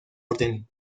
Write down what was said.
orden